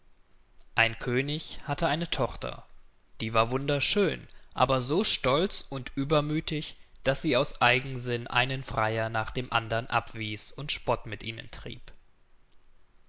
ein könig hatte eine tochter die war wunderschön aber so stolz und übermüthig daß sie aus eigensinn einen freier nach dem andern abwies und spott mit ihnen trieb